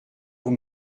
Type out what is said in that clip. vous